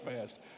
fast